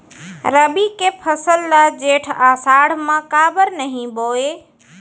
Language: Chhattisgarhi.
रबि के फसल ल जेठ आषाढ़ म काबर नही बोए?